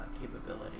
capability